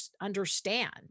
understand